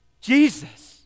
Jesus